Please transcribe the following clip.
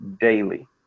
daily